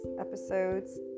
Episodes